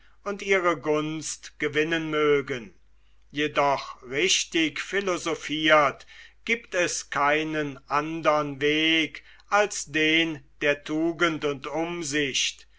und ihre gunst gewinnen mögen jedoch richtig philosophiert giebt es keinen andern weg als den der tugend und umsicht